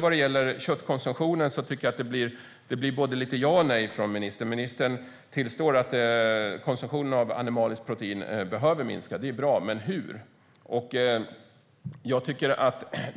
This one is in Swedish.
Vad gäller köttkonsumtionen blir det lite både ja och nej från ministern. Ministern tillstår att konsumtionen av animaliskt protein behöver minska. Det är bra. Men hur ska det ske?